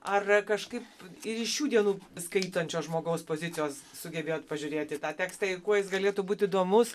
ar kažkaip ir iš šių dienų skaitančio žmogaus pozicijos sugebėjot pažiūrėti į tą tekstą ir kuo jis galėtų būti įdomus